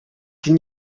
can